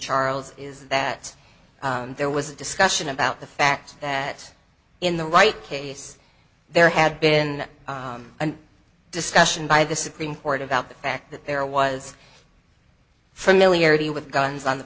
charles is that there was a discussion about the fact that in the right case there had been discussion by the supreme court about the fact that there was familiar the with guns on the